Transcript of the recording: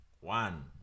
One